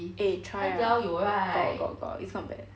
eh try ah got got got is not bad